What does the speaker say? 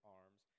arms